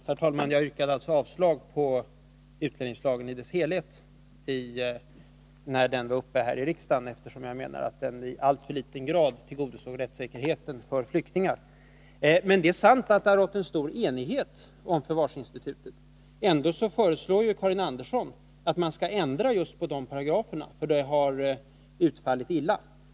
Herr talman! Jag yrkade avslag beträffande utlänningslagen i dess helhet när den var uppe till behandling i riksdagen, eftersom jag menade att den i alltför liten grad tillgodosåg rättssäkerheten för flyktingar. Men det är sant att det har rått stor enighet om förvarsinstitutet. Ändå föreslår Karin Andersson att man skall ändra på just de paragraferna, eftersom de har utfallit illa.